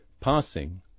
Passing